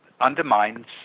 undermines